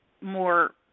more